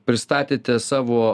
pristatėte savo